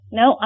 no